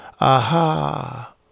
aha